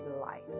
Life